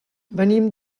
venim